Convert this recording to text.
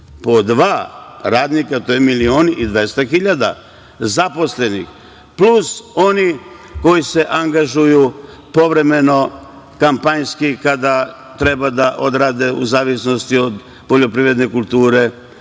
Po dva radnika, to je milion i 200 hiljada zaposlenih, plus oni koji se angažuju povremeno, kampanjski, kada treba da odrade u zavisnosti od poljoprivredne kulture